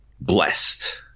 blessed